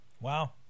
Wow